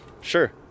sure